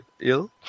ill